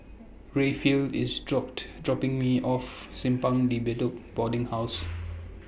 Rayfield IS dropped dropping Me off Simpang De Bedok Boarding House